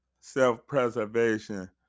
Self-preservation